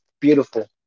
beautiful